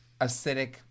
Acidic